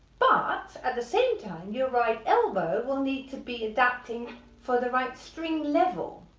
but at the same time your right elbow will need to be adapting for the right string level,